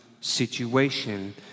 situation